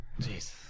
jeez